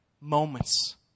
moments